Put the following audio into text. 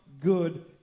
good